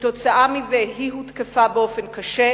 כתוצאה מזה היא הותקפה באופן קשה.